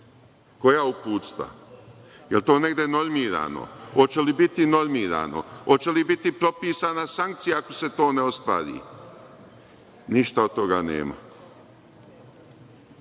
Koja uputstva? Jel to negde normirano? Hoće li biti normirano? Hoće li biti propisana sankcija ako se to ne ostvari? Ništa od toga